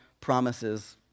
promises